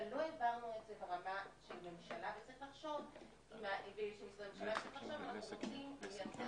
אבל לא העברנו את זה ברמה של ממשלה וצריך לחשוב אם אנחנו רוצים לייצר